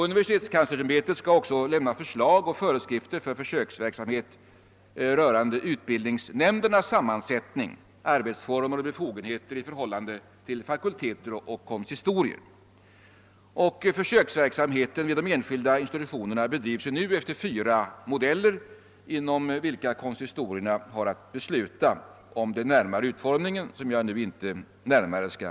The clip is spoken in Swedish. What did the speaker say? Universitetskanslersämbetet skall också lämna förslag och föreskrifter för sådan försöksverksamhet när det gäller utbildningsnämndernas sammansättning, arbetsformer och befogenheter i förhållande till fakulteter och konsistorier. Försöksverksamheten vid de enskilda institutionerna bedrivs nu enligt fyra modeller inom vilka konsistorierna har att besluta om den närmare utformningen, som jag här icke skall ingå på.